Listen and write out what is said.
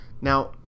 Now